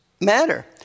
matter